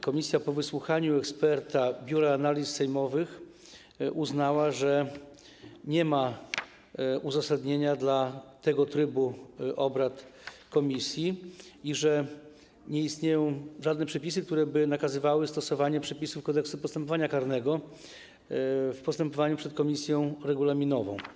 Komisja po wysłuchaniu eksperta Biura Analiz Sejmowych uznała, że nie ma uzasadnienia dla tego trybu obrad komisji i że nie istnieją żadne przepisy, które by nakazywały stosowanie przepisów Kodeksu postępowania karnego w postępowaniu przed komisją regulaminową.